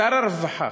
שר הרווחה